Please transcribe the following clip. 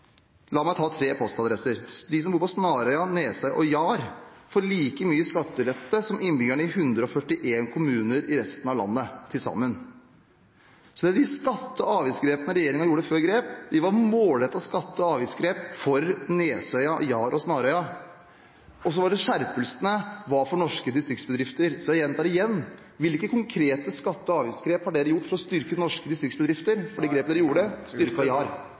tre postadresser – de som bor på Snarøya, Nesøya og Jar – få like mye i skattelette som innbyggerne i 141 kommuner i resten av landet til sammen. Så de skatte- og avgiftsgrepene regjeringen gjorde, var målrettede skatte- og avgiftsgrep for Nesøya, Jar og Snarøya, mens skjerpelsene var for norske distriktsbedrifter. Jeg gjentar: Hvilke konkrete skatte- og avgiftsgrep har dere gjort for å styrke norske distriktsbedrifter? De grepene dere gjorde,